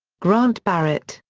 grant barrett,